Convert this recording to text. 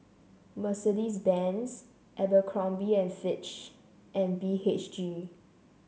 Mercedes Benz Abercrombie and Fitch and B H G